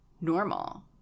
normal